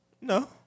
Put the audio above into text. No